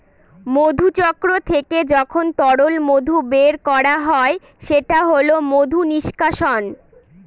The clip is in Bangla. মধুচক্র থেকে যখন তরল মধু বের করা হয় সেটা হল মধু নিষ্কাশন